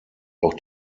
auch